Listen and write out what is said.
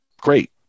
Great